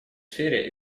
сфере